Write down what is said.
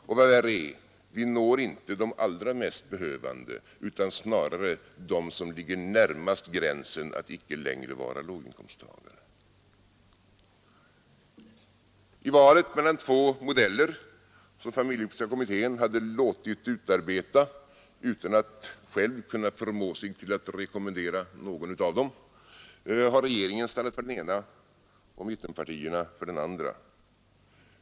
Och vad värre är: vi når inte de allra mest behövande utan snarare dem som ligger närmast gränsen för att icke längre vara låginkomsttagare. I valet mellan två modeller, som familjepolitiska kommittén hade låtit utarbeta utan att själv kunna förmå sig till att rekommendera någon av dem, har regeringen stannat för den ena och centerpartiet för den andra.